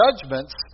judgments